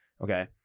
Okay